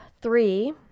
three